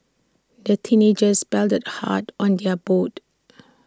the teenagers paddled hard on their boat